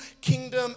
kingdom